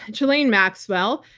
and ghislaine maxwell,